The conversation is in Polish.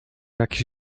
jakiś